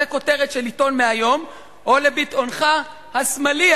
זאת כותרת של עיתון מהיום או לביטאונך השמאלי,